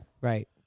right